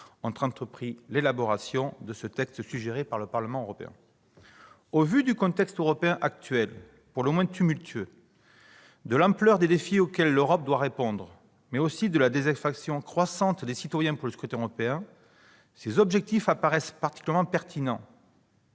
ont entrepris l'élaboration de ce texte suggéré par le Parlement européen. Au vu du contexte européen actuel, pour le moins tumultueux, de l'ampleur des défis auxquels l'Europe doit répondre, mais aussi de la désaffection croissante des citoyens pour le scrutin européen, ces objectifs apparaissent particulièrement pertinents.